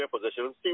position